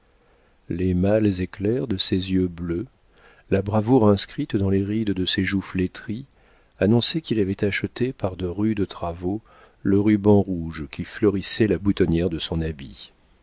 les mâles éclairs de ses yeux bleus la bravoure inscrite dans les rides de ses joues flétries annonçaient qu'il avait acheté par de rudes travaux le ruban rouge qui fleurissait la boutonnière de son habit